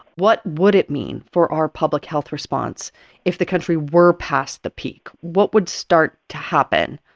what would it mean for our public health response if the country were past the peak? what would start to happen?